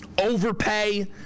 overpay